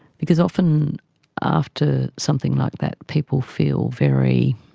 because often after something like that people feel very,